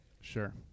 sure